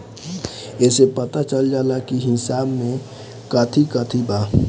एसे पता चल जाला की हिसाब में काथी काथी बा